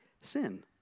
sin